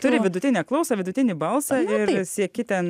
turi vidutinę klausą vidutinį balsą ir sieki ten